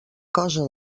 cosa